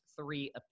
three